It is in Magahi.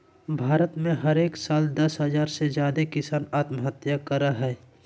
भारत में हरेक साल दस हज़ार से ज्यादे किसान आत्महत्या करय हय